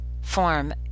form